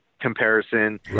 comparison